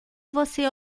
você